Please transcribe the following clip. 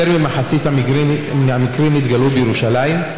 יותר ממחצית המקרים התגלו בירושלים,